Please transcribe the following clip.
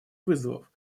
вызовов